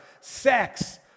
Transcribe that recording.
sex